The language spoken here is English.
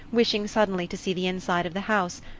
wishing suddenly to see the inside of the house,